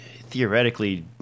theoretically